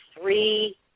three